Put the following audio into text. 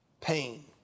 Pain